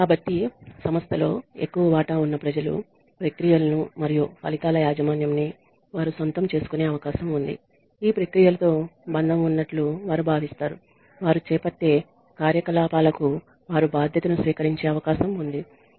కాబట్టి సంస్థలో ఎక్కువ వాటా ఉన్న ప్రజలు ప్రక్రియలును మరియు ఫలితాల యాజమాన్యం ని వారు సొంతం చేసుకునే అవకాశం ఉంది ఈ ప్రక్రియలతో బంధం ఉన్నట్లు వారు భావిస్తారు వారు చేపట్టే కార్యకలాపాలకు వారు బాధ్యతను స్వీకరించే అవకాశం ఉంది